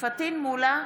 פטין מולא,